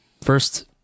first